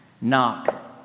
Knock